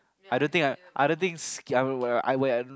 I don't think I I don't thinks I'm well I will